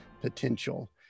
potential